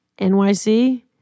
NYC